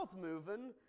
moving